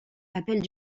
appelle